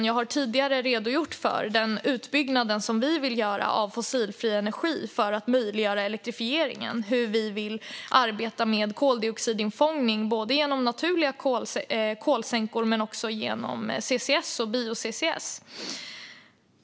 Jag har tidigare redogjort för den utbyggnad av fossilfri energi som vi vill göra för att möjliggöra elektrifieringen och hur vi vill arbeta med koldioxidinfångning både genom naturliga kolsänkor och genom CCS och bio-CCS.